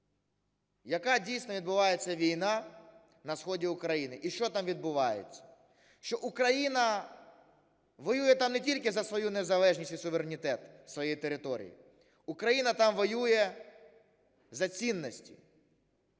яка дійсно відбувається війна на сході України і що там відбувається, що Україна воює там не тільки за свою незалежність і суверенітет своєї території, Україна там воює за цінності,